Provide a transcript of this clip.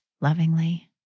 lovingly